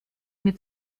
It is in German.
mir